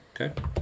Okay